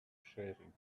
sharing